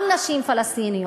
גם נשים פלסטיניות,